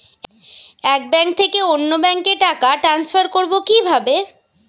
এক ব্যাংক থেকে অন্য ব্যাংকে টাকা ট্রান্সফার করবো কিভাবে?